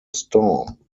storm